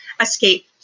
escape